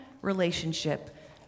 relationship